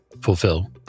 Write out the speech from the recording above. fulfill